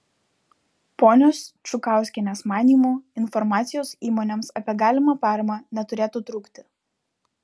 ponios čukauskienės manymu informacijos įmonėms apie galimą paramą neturėtų trūkti